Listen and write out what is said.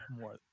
more